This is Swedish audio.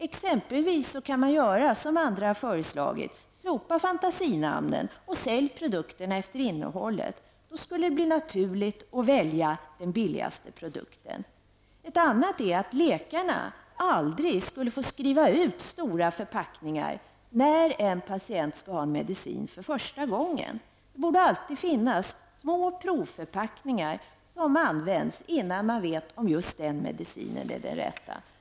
Man kan t.ex., som andra har föreslagit, slopa fantasinamnen och sälja produkterna efter innehållet. Då skulle det bli naturligt att välja den billigaste produkten. Ett annat sätt är att läkarna aldrig skulle få skriva ut stora förpackningar när en patient skall ha en medicin för första gången. Det borde alltid finnas små provförpackningar som används innan man vet om just den medicinen är den rätta.